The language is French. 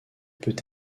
peut